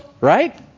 Right